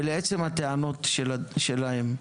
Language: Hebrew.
ולעצם הטענות שלהם,